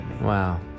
Wow